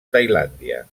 tailàndia